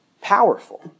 powerful